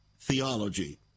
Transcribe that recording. theology